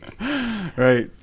Right